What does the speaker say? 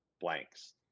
blanks